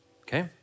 okay